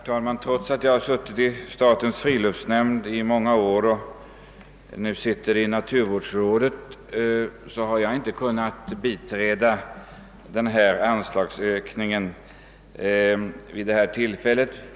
Herr talman! Trots att jag suttit i statens friluftshnämnd i många år och nu sitter i naturvårdsrådet har jag inte kunnat biträda denna anslagsökning vid det här tillfället.